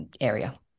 area